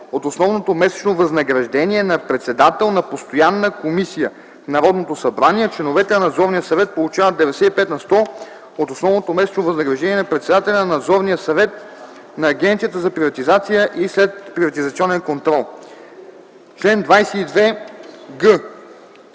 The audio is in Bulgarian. от основното месечно възнаграждение на председател на постоянна комисия в Народното събрание, а членовете на Надзорния съвет получават 95 на сто от основното месечно възнаграждение на председателя на Надзорния съвет на Агенцията за приватизация и следприватизационен контрол. Чл. 22г.